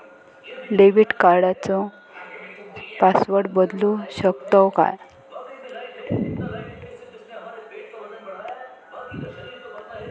Debit कार्डचो password बदलु शकतव काय?